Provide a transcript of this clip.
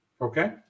Okay